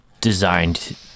designed